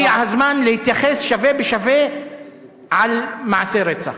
הגיע הזמן להתייחס שווה בשווה אל מעשי רצח.